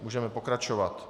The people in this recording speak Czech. Můžeme pokračovat.